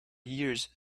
years